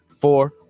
four